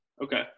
Okay